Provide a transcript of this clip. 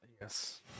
Yes